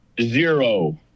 Zero